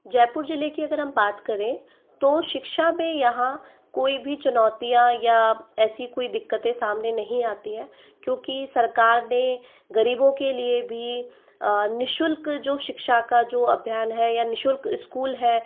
जयपुर जिले की अगर हम बात करें तो शिक्षा में यहाँ कोई भी चुनौतियाँ या ऐसी कोई दिक्कतें सामने नहीं आती है क्योंकि सरकार ने गरीबों के लिए भी निशुल्क जो शिक्षा का जो अभियान है या निशुल्क स्कूल है